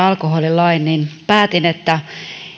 alkoholilain päätin että